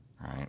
right